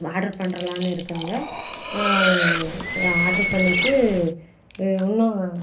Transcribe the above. order பண்ணலாம்ன்னு இருக்கேங்க order பண்ணிவிட்டு இன்னும்